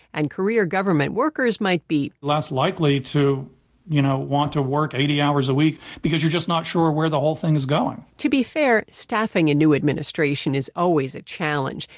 and career government workers might be less likely to you know want to work eighty hours a week. because you're just not sure where the whole thing is going. to be fair, staffing a new administration is always a challenge.